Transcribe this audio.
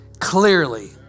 clearly